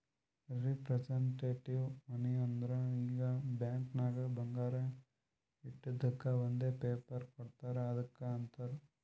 representative money ಅಂದುರ್ ಈಗ bank ನಾಗ್ ಬಂಗಾರ ಇಟ್ಟಿದುಕ್ ಒಂದ್ ಪೇಪರ್ ಕೋಡ್ತಾರ್ ಅದ್ದುಕ್ ಅಂತಾರ್